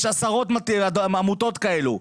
יש עשרות עמותות כאלו.